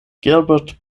gilbert